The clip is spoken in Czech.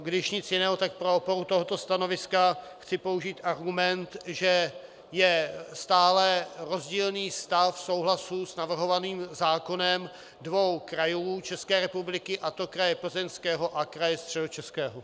Když nic jiného, tak pro podporu tohoto stanoviska chci použít argument, že je stále rozdílný stav souhlasu s navrhovaným zákonem dvou krajů České republiky, a to kraje Plzeňského a kraje Středočeského.